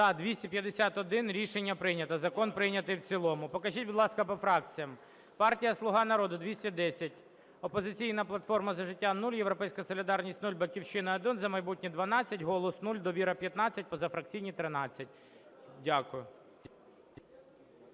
За-251 Рішення прийнято. Закон прийнятий в цілому. Покажіть, будь ласка, по фракціям. Партія "Слуга народу" - 210, "Опозиційна платформа - За життя" – 0, "Європейська солідарність" - 0, "Батьківщина" – 1, "За майбутнє" – 12, "Голос" – 0, "Довіра" – 15, позафракційні – 13. Дякую.